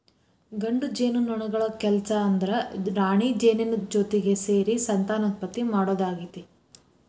ಗಂಡು ಜೇನುನೊಣಗಳ ಕೆಲಸ ಅಂದ್ರ ರಾಣಿಜೇನಿನ ಜೊತಿಗೆ ಸೇರಿ ಸಂತಾನೋತ್ಪತ್ತಿ ಮಾಡೋದಾಗೇತಿ